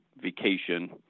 vacation